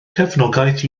cefnogaeth